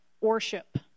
worship